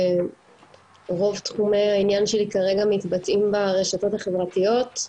רוב תחומי העניין שלי מתבצעים כרגע ברשתות החברתיות,